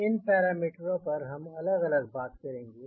इन parameter पर हम अलग अलग बात करेंगे